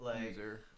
user